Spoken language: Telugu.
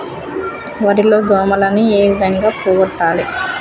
వరి లో దోమలని ఏ విధంగా పోగొట్టాలి?